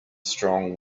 strong